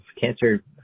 cancer